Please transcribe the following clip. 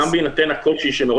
ולכן גם בהינתן הקושי שמעורר